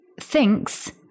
thinks